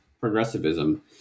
progressivism